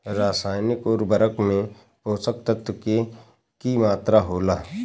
रसायनिक उर्वरक में पोषक तत्व के की मात्रा होला?